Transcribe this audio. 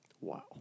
Wow